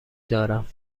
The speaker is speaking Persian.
دارم